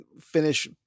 finish